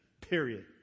Period